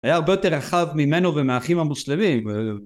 היה הרבה יותר רחב ממנו ומהאחים המוסלמים